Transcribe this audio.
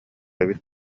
эбит